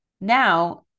Now